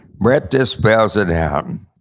brett, this spells it out.